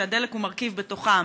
שהדלק הוא מרכיב בתוכם,